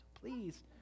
please